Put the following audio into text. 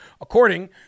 according